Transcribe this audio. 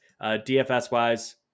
DFS-wise